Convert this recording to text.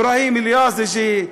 אברהים אל-יאזג'י,